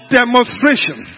demonstration